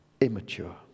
Immature